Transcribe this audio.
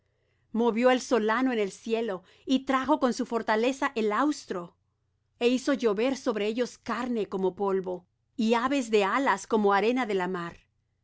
movió el solano en el cielo y trajo con su fortaleza el austro e hizo llover sobre ellos carne como polvo y aves de alas como arena de la mar